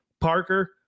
Parker